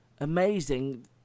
amazing